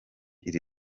iri